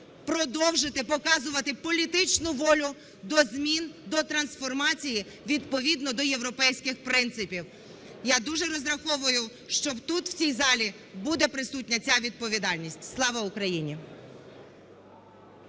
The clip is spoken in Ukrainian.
продовжити показувати політичну волю до змін, до трансформації відповідно до європейських принципів. Я дуже розраховую, що тут, в цій, залі буде присутня ця відповідальність. Слава Україні!